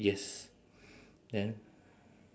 yes then